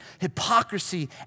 hypocrisy